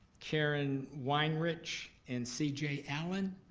karen weinrich, and c j. allen.